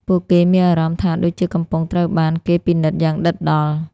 ពួកគេមានអារម្មណ៍ថាដូចជាកំពុងត្រូវបានគេពិនិត្យយ៉ាងដិតដល់។